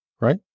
right